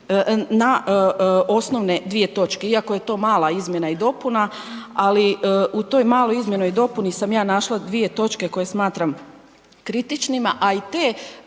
na osnovne dvije točke iako je to mala izmjena i dopuna, ali u toj maloj izmjeni i dopuni sam aj našla dvije točke koje smatram kritičnima a i te